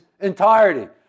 entirety